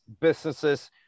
businesses